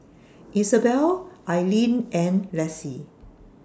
Isabelle Ailene and Lassie